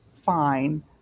fine